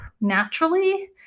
naturally